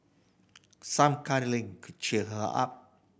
some cuddling could cheer her up